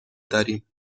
داریم